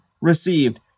received